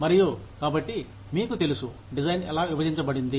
మరియు కాబట్టి మీకు తెలుసు డిజైన్ ఎలా విభజించబడింది